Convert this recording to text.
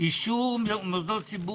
הישיבה נעולה.